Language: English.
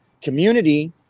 community